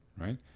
right